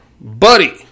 Buddy